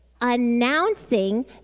announcing